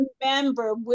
remember